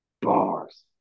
Bars